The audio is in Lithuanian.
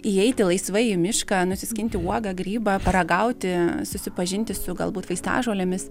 įeiti laisvai į mišką nusiskinti uogą grybą paragauti susipažinti su galbūt vaistažolėmis